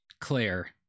Claire